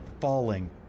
falling